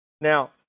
Now